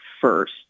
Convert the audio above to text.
first